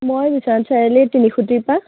মই মিশ্যন চাৰিআলি তিনিসুঁতিৰ পৰা